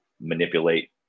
manipulate